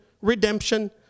redemption